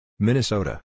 Minnesota